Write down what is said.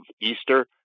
Easter